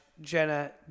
Jenna